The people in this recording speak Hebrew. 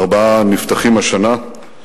ארבעה נפתחים השנה.